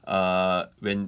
uh when